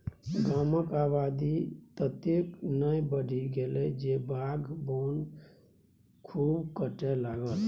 गामक आबादी ततेक ने बढ़ि गेल जे बाध बोन खूब कटय लागल